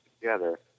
together